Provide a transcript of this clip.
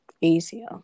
easier